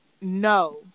no